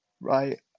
right